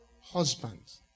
husbands